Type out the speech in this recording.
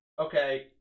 Okay